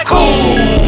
Cool